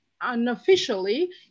unofficially